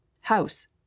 house